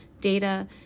data